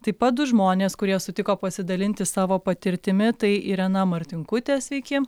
taip pat du žmonės kurie sutiko pasidalinti savo patirtimi tai irena martinkutė sveiki